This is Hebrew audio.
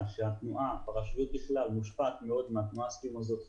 שהתנועה ברשויות בכלל מושפעת מאוד מהתנועה סביב מוסדות חינוך.